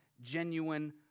genuine